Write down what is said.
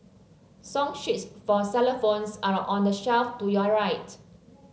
song sheets for xylophones are on the shelf to your right